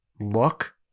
look